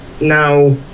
Now